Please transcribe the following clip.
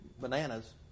bananas